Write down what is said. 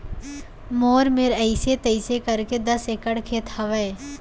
मोर मेर अइसे तइसे करके दस एकड़ खेत हवय